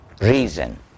reason